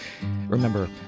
Remember